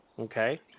okay